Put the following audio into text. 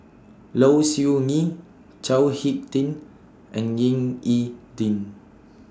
Low Siew Nghee Chao Hick Tin and Ying E Ding